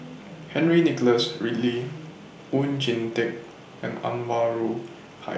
Henry Nicholas Ridley Oon Jin Teik and Anwarul Hi